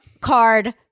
card